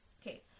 okay